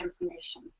information